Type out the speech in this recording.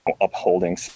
upholding